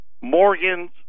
Morgans